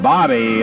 Bobby